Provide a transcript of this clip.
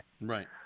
right